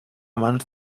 mans